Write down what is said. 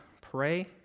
pray